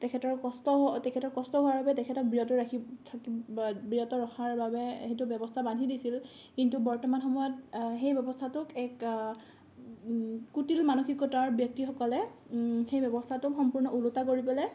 তেখেতৰ কষ্ট তেখেতৰ কষ্ট হোৱাৰ বাবে তেখেতক বিৰত ৰাখিব বিৰত ৰখাৰ বাবে সেইটো ব্যৱস্থা বান্ধি দিছিল কিন্তু বৰ্তমান সময়ত সেই ব্যৱস্থাটোক এক কুটিল মানসিকতাৰ ব্যক্তিসকলে সেই ব্যৱস্থাটোক সম্পূৰ্ণ ওলোটা কৰি পেলাই